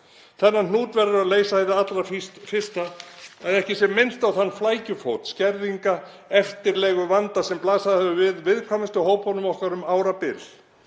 Þennan hnút verður að leysa hið allra fyrsta, að ekki sé minnst á þann flækjufót skerðinga, eftirleguvanda sem blasað hefur við viðkvæmustu hópunum okkar um árabil.